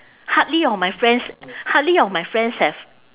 hardly of my friends hardly of my friends have